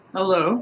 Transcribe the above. Hello